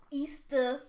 easter